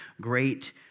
great